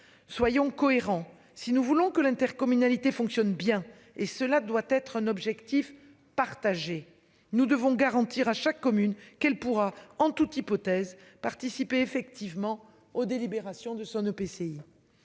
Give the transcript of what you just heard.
Soyons cohérents. Si nous voulons que l'intercommunalité fonctionne bien et cela doit être un objectif partagé, nous devons garantir à chaque commune qu'elle pourra en toute hypothèse participer effectivement aux délibérations de son EPCI.